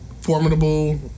formidable